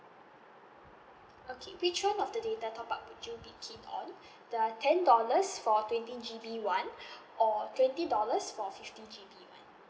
okay which one of the data top up would you be keen on the ten dollars for twenty G_B [one] or twenty dollars for fifty G_B [one]